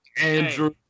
Andrew